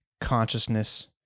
consciousness